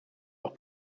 auch